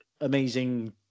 amazing